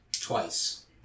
twice